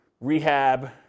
rehab